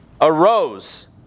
arose